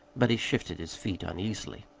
but he shifted his feet uneasily.